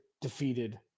defeated